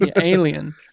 Alien